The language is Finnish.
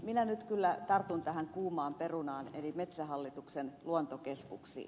minä nyt kyllä tartun tähän kuumaan perunaan eli metsähallituksen luontokeskuksiin